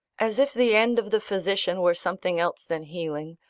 as if the end of the physician were something else than healing,